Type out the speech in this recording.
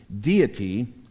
deity